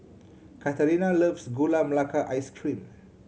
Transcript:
Katharina loves Gula Melaka Ice Cream